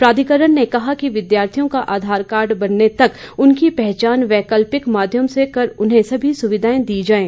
प्राधिकरण ने कहा है कि विद्यार्थियों का आधार कार्ड बनने तक उनकी पहचान वैकल्पिक माध्यमों से कर उन्हें सभी सुविधाएं दी जाएं